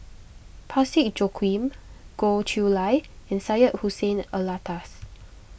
Parsick Joaquim Goh Chiew Lye and Syed Hussein Alatas